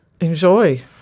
Enjoy